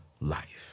life